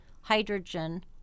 hydrogen